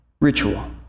ritual